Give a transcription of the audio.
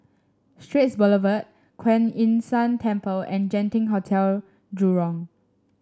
Straits Boulevard Kuan Yin San Temple and Genting Hotel Jurong